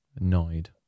Annoyed